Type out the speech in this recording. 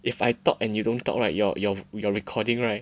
if I talk and you don't talk right your your your recording right